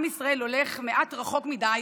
עם ישראל הולך מעט רחוק מדי